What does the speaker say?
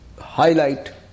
highlight